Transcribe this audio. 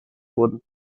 wurden